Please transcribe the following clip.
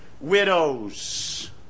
widows